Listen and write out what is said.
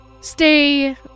Stay